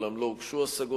אולם לא הוגשו השגות.